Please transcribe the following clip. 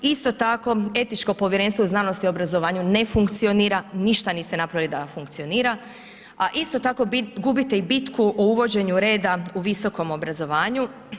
Isto tako, etičko Povjerenstvo u znanosti i obrazovanju ne funkcionira, ništa niste napravili da funkcionira, a isto tako gubite i bitku o uvođenju reda u visokom obrazovanju.